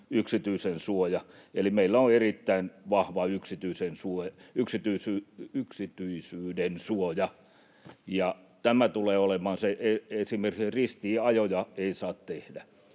yksityisyydensuoja, eli meillä on erittäin vahva yksityisyydensuoja. Esimerkiksi ristiinajoja ei saa tehdä,